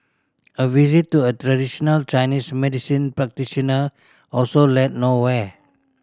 a visit to a traditional Chinese medicine practitioner also led nowhere